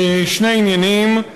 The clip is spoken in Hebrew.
שני עניינים: